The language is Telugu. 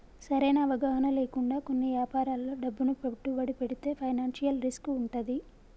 సరైన అవగాహన లేకుండా కొన్ని యాపారాల్లో డబ్బును పెట్టుబడితే ఫైనాన్షియల్ రిస్క్ వుంటది